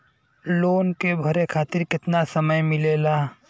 Loan के भरे खातिर कितना समय मिलेला?